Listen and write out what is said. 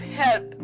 help